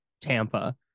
Tampa